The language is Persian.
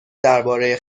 درباره